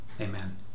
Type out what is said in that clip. Amen